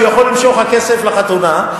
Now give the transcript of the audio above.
שהוא יכול למשוך הכסף לחתונה,